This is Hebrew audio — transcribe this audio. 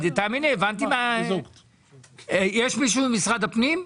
יש מישהו ממשרד הפנים?